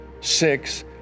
six